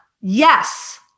yes